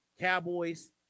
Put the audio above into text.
Cowboys